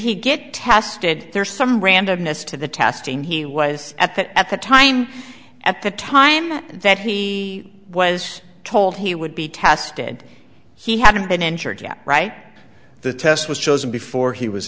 he get tested there's some randomness to the tasking he was at that at the time at the time that he was told he would be tested he hadn't been injured yet right the test was chosen before he was